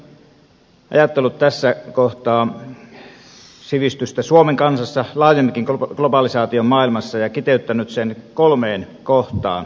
siksi olen ajatellut tässä kohtaa sivistystä suomen kansassa ja laajemminkin globalisaation maailmassa ja kiteyttänyt sen kolmeen kohtaan